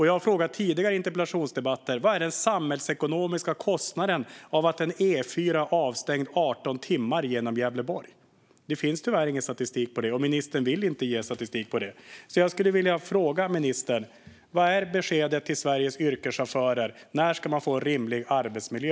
Jag har i tidigare interpellationsdebatter frågat: Vad är den samhällsekonomiska kostnaden för att E4:an är avstängd i 18 timmar genom Gävleborg? Det finns tyvärr ingen statistik på det, och ministern vill inte ge statistik på det. Jag vill fråga ministern: Vad är beskedet till Sveriges yrkeschaufförer? När ska de få rimlig arbetsmiljö?